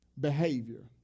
behavior